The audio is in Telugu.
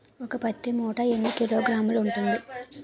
ఒక పత్తి మూట ఎన్ని కిలోగ్రాములు ఉంటుంది?